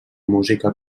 música